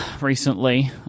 recently